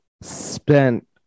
spent